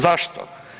Zašto?